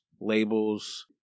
labels